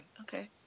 okay